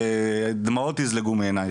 דמעות יזלגו מעיניך.